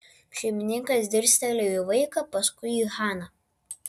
šeimininkas dirstelėjo į vaiką paskui į haną